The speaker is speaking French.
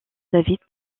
david